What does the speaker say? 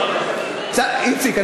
איציק,